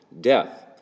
death